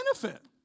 benefit